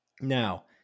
Now